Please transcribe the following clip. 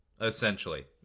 essentially